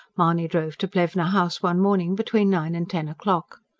mahony drove to plevna house one morning between nine and ten o'clock.